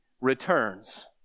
returns